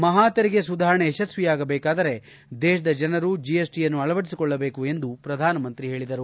ಮಹಾ ತೆರಿಗೆ ಸುಧಾರಣೆ ಯಶಸ್ವಿಯಾಗಬೇಕಾದರೆ ದೇತದ ಜನರು ಜಿಎಸ್ಟಿಯನ್ನು ಅಳವಡಿಸಿಕೊಳ್ಳಬೇಕು ಎಂದು ಪ್ರಧಾನಮಂತ್ರಿ ಹೇಳದರು